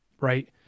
Right